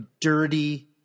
dirty